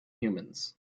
humans